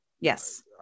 Yes